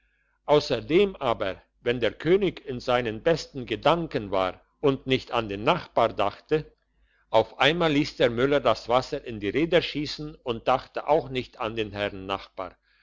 ausserdem aber wenn der könig in seinen besten gedanken war und nicht an den nachbar dachte auf einmal liess der müller das wasser in die räder schiessen und dachte auch nicht an den herrn nachbar